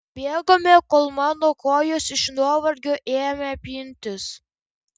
bėgome kol mano kojos iš nuovargio ėmė pintis